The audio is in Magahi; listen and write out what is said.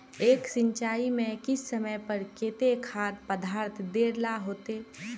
एक सिंचाई में किस समय पर केते खाद पदार्थ दे ला होते?